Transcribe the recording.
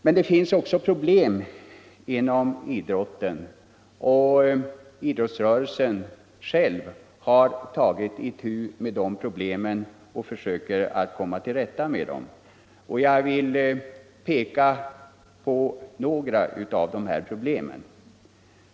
Men det finns också problem inom idrotten, och idrottsrörelsen har själv tagit itu med dem och försöker att komma till rätta med dem. Jag vill peka på några av dessa problem.